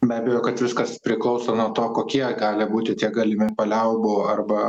be abejo kad viskas priklauso nuo to kokie gali būti tie galimi paliaubų arba